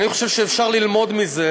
אני חושב שאפשר ללמוד מזה: